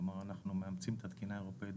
כלומר, אנחנו מאמצים את התקינה האירופאית.